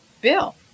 Bill